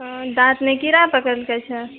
दाँतमे कीड़ा पकड़लकै छै